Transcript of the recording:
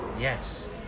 yes